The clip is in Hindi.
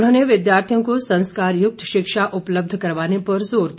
उन्होंने विद्यार्थियों को संस्कारयुक्त शिक्षा उपलब्ध करवाने पर जोर दिया